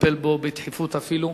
שתטפל בו, בדחיפות אפילו.